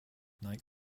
night